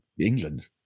England